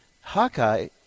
Hawkeye